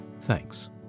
Thanks